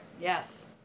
Yes